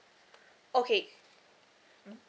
okay mm